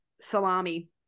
salami